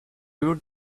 you